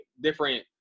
different